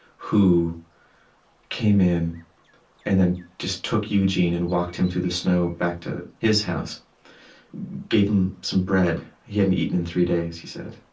who came in and then just took eugene and walked him through the snow back to his house and gave him some bread he hadn't eaten in three days, he said